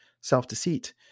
self-deceit